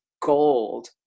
gold